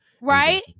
Right